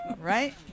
right